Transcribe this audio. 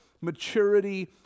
maturity